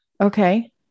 Okay